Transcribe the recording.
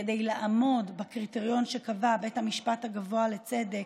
כדי לעמוד בקריטריון שקבע בית המשפט הגבוה לצדק,